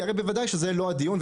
כי הרי בוודאי שזה לא הדיון.